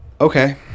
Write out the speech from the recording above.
Okay